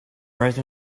right